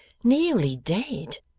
nearly dead.